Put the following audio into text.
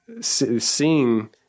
seeing